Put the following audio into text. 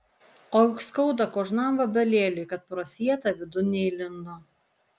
o juk skauda kožnam vabalėliui kad pro sietą vidun neįlindo